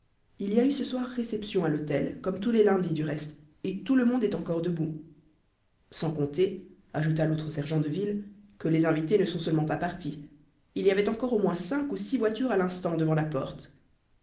il y a eu ce soir réception à l'hôtel comme tous les lundis du reste et tout le monde est encore debout sans compter ajouta l'autre sergent de ville que les invités ne sont seulement pas partis il y avait encore au moins cinq ou six voitures à l'instant devant la porte